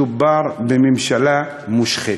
מדובר בממשלה מושחתת.